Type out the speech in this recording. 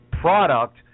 product